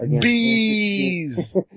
Bees